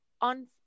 on